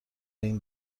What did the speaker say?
این